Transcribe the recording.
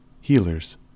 Healers